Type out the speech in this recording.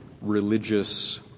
religious